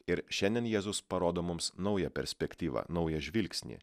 ir šiandien jėzus parodo mums naują perspektyvą naują žvilgsnį